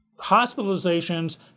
Hospitalizations